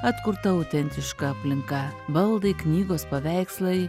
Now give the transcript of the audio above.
atkurta autentiška aplinka baldai knygos paveikslai